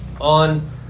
on